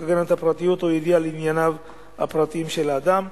הגנת הפרטיות או ידיעה על ענייניו הפרטיים של האדם.